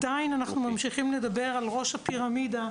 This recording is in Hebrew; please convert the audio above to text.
עדיין ממשיכים לדבר על ראש הפירמידה,